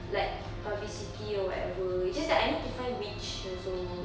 like publicity or whatever it's just that I need to find which also